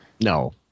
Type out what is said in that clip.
no